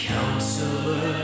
Counselor